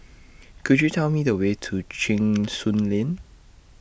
Could YOU Tell Me The Way to Cheng Soon Lane